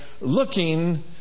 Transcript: Looking